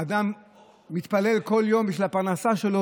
אדם מתפלל בכל יום בשביל הפרנסה שלו.